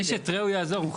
איש את רעהו יעזור.